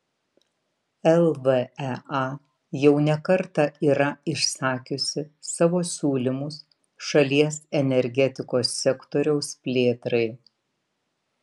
lvea jau ne kartą yra išsakiusi savo siūlymus šalies energetikos sektoriaus plėtrai